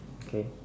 k